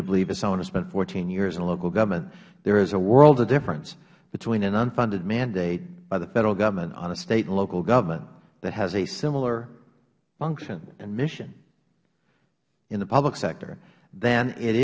to believe as someone who spent fourteen years in local government there is a world of difference between an unfunded mandate by the federal government on a state and local government that has a similar function and mission in the public sector than it